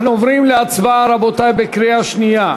אנחנו עוברים להצבעה, רבותי, בקריאה שנייה.